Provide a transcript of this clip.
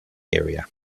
area